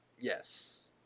Yes